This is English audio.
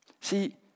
See